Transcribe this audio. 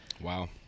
Wow